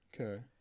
Okay